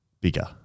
Bigger